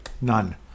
None